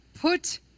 put